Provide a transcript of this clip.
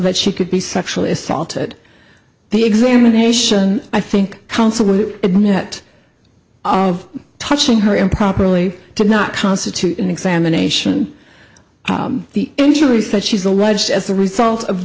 that she could be sexually assaulted the examination i think counseling it net of touching her improperly to not constitute an examination the injuries that she's alleged as a result of